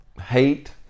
hate